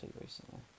recently